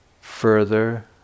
further